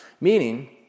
Meaning